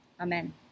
Amen